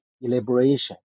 elaboration